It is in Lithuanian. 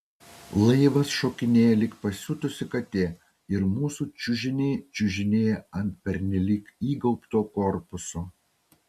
laivas šokinėja lyg pasiutusi katė ir mūsų čiužiniai čiužinėja ant pernelyg įgaubto korpuso